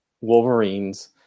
Wolverines